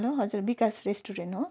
hello हजुर Vikas restaurant हो